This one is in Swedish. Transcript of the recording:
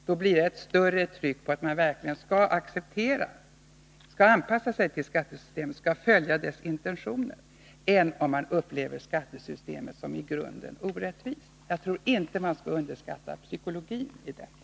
Då blir det ett större tryck på att lojalt följa skattereglerna, än om man upplever skattesystemet som i grunden orättvist. Jag tror inte att man skall underskatta psykologin i detta.